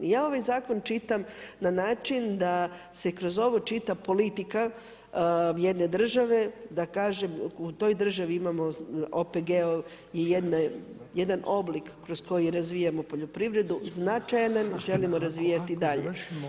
Ja ovaj zakon čitam na način da se kroz ovo čita politika jedne države, da kažem, u toj državi imamo OPG i jedan oblik kroz koji razvijamo poljoprivredu značajan jer želimo razvijati dalje.